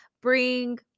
bring